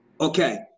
Okay